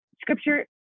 scripture